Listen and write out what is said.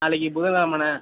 நாளைக்கு புதன் கிழமண்ணே